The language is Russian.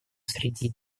среди